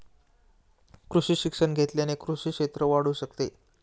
कृषी शिक्षण घेतल्याने कृषी क्षेत्र वाढू शकते